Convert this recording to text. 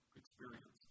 experience